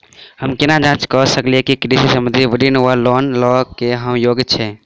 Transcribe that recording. हम केना जाँच करऽ सकलिये की कृषि संबंधी ऋण वा लोन लय केँ हम योग्य छीयै?